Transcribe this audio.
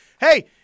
hey